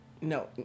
No